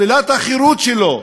שלילת החירות שלו,